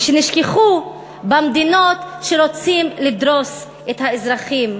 ונשכחו במדינות שרוצות לדרוס את האזרחים.